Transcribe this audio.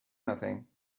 nothing